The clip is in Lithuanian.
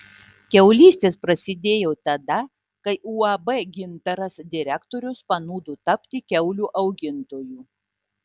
kiaulystės prasidėjo tada kai uab gintaras direktorius panūdo tapti kiaulių augintoju